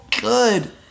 good